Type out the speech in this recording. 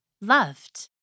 loved